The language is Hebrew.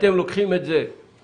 שאתם לוקחים את זה כפרויקט